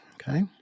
Okay